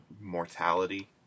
mortality